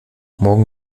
morgen